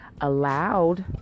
allowed